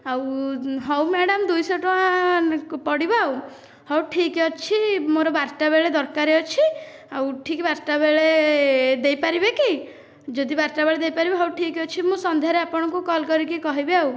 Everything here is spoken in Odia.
ଆଉ ହେଉ ମ୍ୟାଡ଼ାମ ଦୁଇଶହ ଟଙ୍କା ପଡ଼ିବ ଆଉ ହେଉ ଠିକ ଅଛି ମୋର ବାରଟା ବେଳେ ଦରକାର ଅଛି ଆଉ ଠିକ ବାରଟା ବେଳେ ଦେଇପାରିବେ କି ଯଦି ବାରଟା ବେଳେ ଦେଇପାରିବେ ହେଉ ଠିକ ଅଛି ମୁଁ ସନ୍ଧ୍ୟାରେ ଆପଣଙ୍କୁ କଲ୍ କରିକି କହିବି ଆଉ